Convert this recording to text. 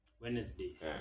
Wednesdays